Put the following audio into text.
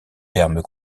termes